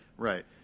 Right